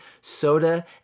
soda